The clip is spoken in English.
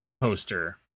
poster